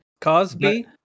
Cosby